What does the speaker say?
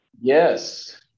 Yes